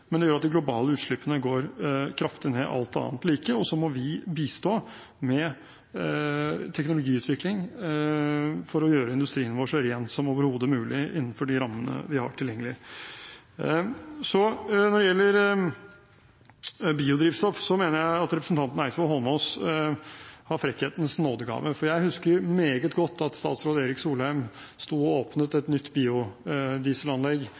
men det gjør at de globale utslippene går kraftig ned alt annet like, og så må vi bistå med teknologiutvikling for å gjøre industrien vår så ren som overhodet mulig innenfor de rammene vi har tilgjengelig. Når det gjelder biodrivstoff, mener jeg at representanten Eidsvoll Holmås har frekkhetens nådegave, for jeg husker meget godt at daværende statsråd Erik Solheim åpnet et nytt biodieselanlegg i Norge, og